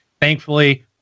Thankfully